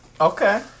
Okay